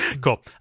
Cool